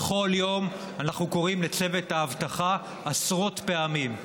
בכל יום אנחנו קוראים לצוות האבטחה עשרות פעמים,